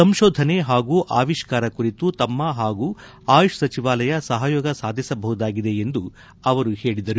ಸಂಶೋಧನೆ ಹಾಗೂ ಆವಿಷ್ಠಾರ ಕುರಿತು ತಮ್ನ ಹಾಗೂ ಆಯುಷ್ ಸಚಿವಾಲಯ ಸಹಯೋಗ ಸಾಧಿಸಬಹುದಾಗಿದೆ ಎಂದು ಅವರು ಹೇಳಿದರು